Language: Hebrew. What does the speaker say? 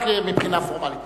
רק מבחינה פורמלית.